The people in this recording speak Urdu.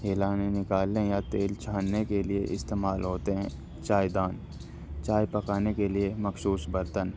ہلانے میں نکالنے یا تیل چھاننے کے لیے استعمال ہوتے ہیں چائے دان چائے پکانے کے لیے مخصوص برتن